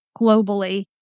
globally